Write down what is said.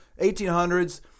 1800s